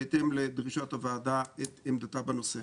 בהתאם לדרישת הוועדה את עמדתה בנושא.